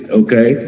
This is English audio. okay